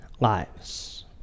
lives